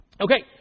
Okay